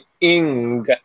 ing